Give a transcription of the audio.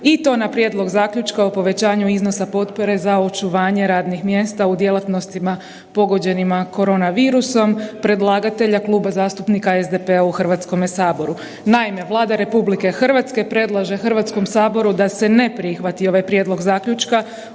i to na Prijedlog zaključka o povećanju iznosa potpore za očuvanje radnih mjesta u djelatnostima pogođenima korona virusom, predlagatelja Kluba zastupnika SDP-a u Hrvatskome saboru. Naime, Vlada RH predlaže Hrvatskom saboru da se ne prihvati ovaj Prijedlog zaključka